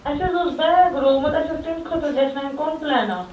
اَسہِ حظ اوس بیگ روومُت اَسہِ ٲس تَمہِ خٲطرٕ لیکھناوٕنۍ کَمپُلین اَکھ